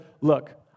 look